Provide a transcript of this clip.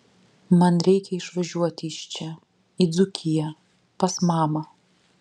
man reikia išvažiuoti iš čia į dzūkiją pas mamą